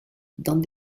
dans